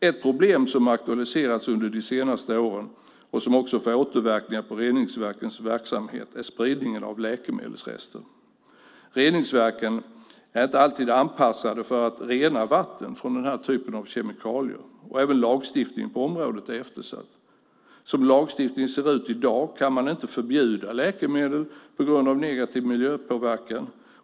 Ett problem som aktualiserats under de senaste åren och som också får återverkningar på reningsverkens verksamhet är spridningen av läkemedelsrester. Reningsverken är inte alltid anpassade för att rena vatten från den här typen av kemikalier, och även lagstiftningen på området är eftersatt. Som lagstiftningen ser ut i dag kan man inte förbjuda läkemedel på grund av negativ miljöpåverkan.